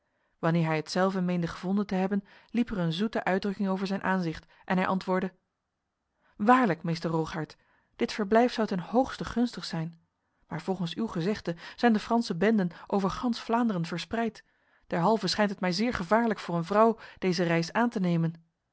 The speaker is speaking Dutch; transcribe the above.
wanneer hij hetzelve meende gevonden te hebben liep er een zoete uitdrukking over zijn aanzicht en hij antwoordde waarlijk meester rogaert dit verblijf zou ten hoogste gunstig zijn maar volgens uw gezegde zijn de franse benden over gans vlaanderen verspreid derhalve schijnt het mij zeer gevaarlijk voor een vrouw deze reis aan te nemen